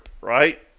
right